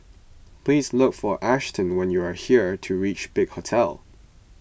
please look for Ashton when you are here to reach Big Hotel